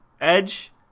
Edge